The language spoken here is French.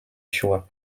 choix